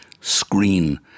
screen